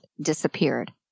disappeared